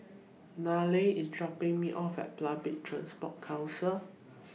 Nylah IS dropping Me off At Public Transport Council